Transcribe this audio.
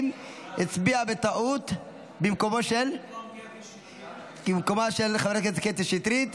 הצביע בטעות במקומה של חברת הכנסת קטי שטרית.